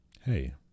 Hey